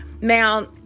now